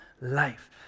life